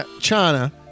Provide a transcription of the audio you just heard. China